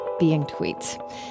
beingtweets